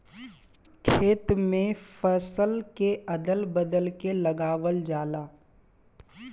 खेत में फसल के अदल बदल के लगावल जाला